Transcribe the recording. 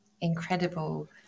incredible